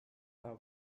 paar